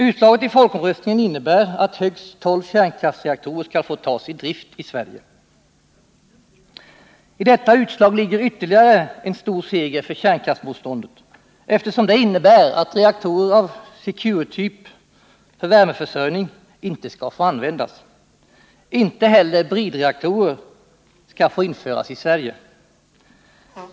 Utslaget i folkomröstningen innebär att högst tolv kärnkraftsreaktorer skall få tas i drift i Sverige. I detta utslag ligger ytterligare en stor seger för kärnkraftsmotståndet, eftersom det innebär att reaktorer av secure-typ för värmeförsörjning inte skall få användas. Inte heller bridreaktorer skall få införas i Sverige.